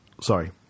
Sorry